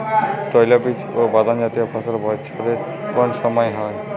তৈলবীজ ও বাদামজাতীয় ফসল বছরের কোন সময় হয়?